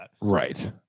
Right